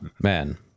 man